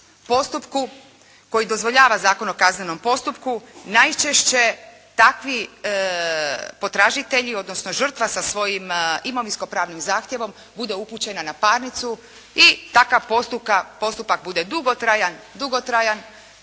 postupku, koji dozvoljava Zakon o kaznenom postupku, najčešće takvi potražitelji, odnosno žrtva sa svojim imovinsko-pravnim zahtjevom bude upućena na parnicu i takav postupak bude dugotrajan, dugotrajan, čak